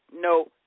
no